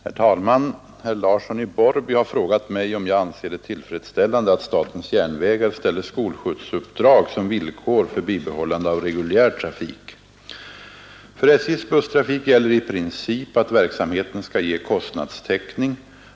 Herr talman! Herr Larsson i Borrby har frågat mig om jag anser det tillfredsställande att statens järnvägar ställer skolskjutsuppdrag som villkor för bibehållande av reguljär trafik. För SJ:s busstrafik gäller i princip att verksamheten skall ge kostnadstäckning.